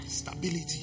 Stability